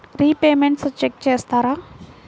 Repayments check చేస్తారా?